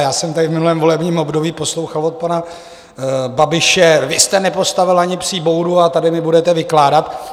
Já jsem tady v minulém volebním období poslouchal od pana Babiše: Vy jste nepostavil ani psí boudu, a tady mi budete vykládat...